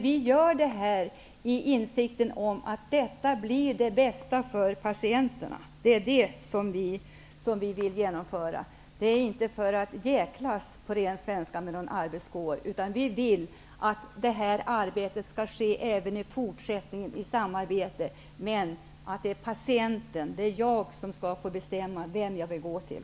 Vi gör det här i insikten om att detta kommer att bli det bästa för patienterna. Det är det vi strävar efter. Vi gör inte detta för att jäklas -- på ren svenska -- med någon yrkeskår. Vi vill att det här arbetet även i fortsättningen skall utföras i samarbete, men att det är jag som patient som skall få bestämma vilken läkare jag vill gå till.